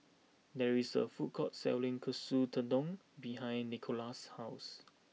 there is a food court selling Katsu Tendon behind Nicola's house